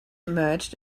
emerged